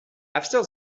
after